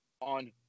on